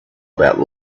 about